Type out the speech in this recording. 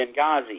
Benghazi